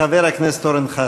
חבר הכנסת אורן חזן.